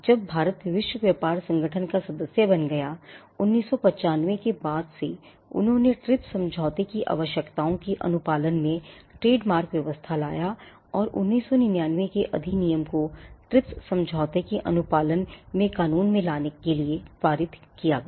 जब भारत विश्व व्यापार संगठन का सदस्य बन गया 1995 के बाद वह TRIPS समझौते की आवश्यकताओं के अनुपालन में कानून लाने के लिए पारित किया गया